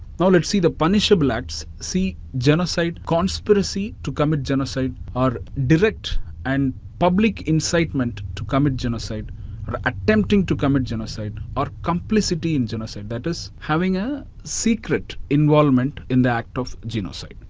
now, let's see the punishable acts. see, genocide conspiracy to commit genocide or direct and public incitement to commit genocide attempting to commit genocide or complicity in genocide, that is, having a secret involvement in the act of genocide.